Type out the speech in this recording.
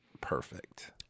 perfect